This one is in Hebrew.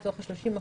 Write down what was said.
לצורך ה-30%,